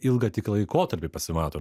ilgą tik laikotarpį pasimato